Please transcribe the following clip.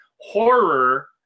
Horror